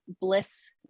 bliss